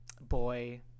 boy